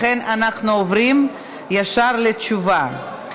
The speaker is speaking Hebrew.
לכן אנחנו עוברים ישר לתשובה.